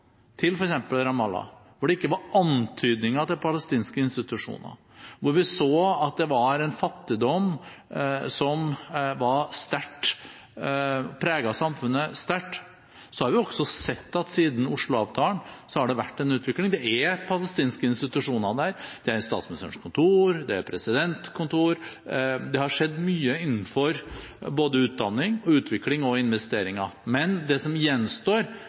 til f.eks. Ramallah, hvor det ikke var antydninger til palestinske institusjoner, hvor vi så en fattigdom som preget samfunnet sterkt, ser jo at siden Oslo-avtalen har det vært en utvikling. Det er palestinske institusjoner der, det er statsministerens kontor, det er presidentkontor, det har skjedd mye innenfor både utdanning, utvikling og investeringer. Det som gjenstår,